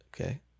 Okay